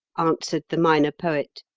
answered the minor poet.